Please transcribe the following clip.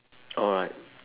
alright